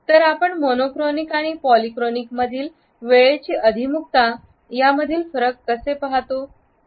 तर आपण मोनोक्रॉनिक आणि पॉलीक्रॉनिकमधील वेळेचे अभिमुखता मधील फरक कसे पाहता